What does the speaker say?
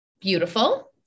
Beautiful